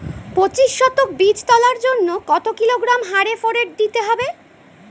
পঁচিশ শতক বীজ তলার জন্য কত কিলোগ্রাম হারে ফোরেট দিতে হবে?